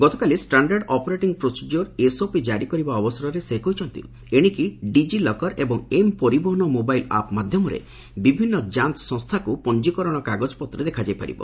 ଗତକାଲି standard operating procedure SOP କାରି କରିବା ଅବସରରେ ସେ କହିଛନ୍ତି ଏଣିକି ଡିଜି ଲକର୍ ଏବଂ ଏମ୍ ପରିବହନ ମୋବାଇଲ୍ ଆପ୍ ମାଧ୍ୟମରେ ବିଭିନ୍ନ ଯାଞ୍ଚ ସଂସ୍ଥାକୁ ପଞ୍ଜୀକରଣ କାଗଜପତ୍ର ଦେଖାଯାଇ ପାରିବ